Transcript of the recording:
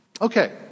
Okay